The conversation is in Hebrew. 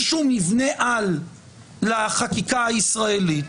מבנה-על לחקיקה הישראלית,